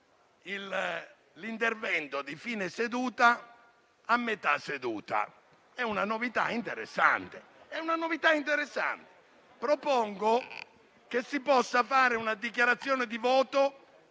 l'intervento di fine seduta a metà seduta: è una novità interessante. Propongo che si possa fare una dichiarazione di voto